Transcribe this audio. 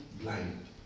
blind